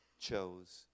chose